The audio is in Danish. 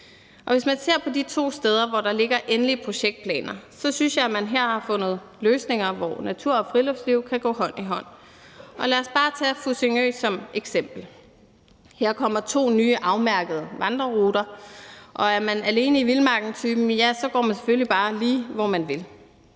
Og hvis man ser på de to steder, hvor der ligger endelige projektplaner, så synes jeg, at man her har fundet løsninger, hvor natur og friluftsliv kan gå hånd i hånd, og lad os bare tage Fussingø som et eksempel. Her kommer der to nye afmærkede vandreruter, og er man alene i vildmarken-typen, så går man selvfølgelig bare lige der, hvor man vil.